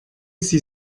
sie